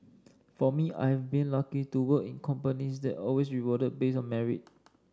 for me I have been lucky to work in companies that always rewarded base on merit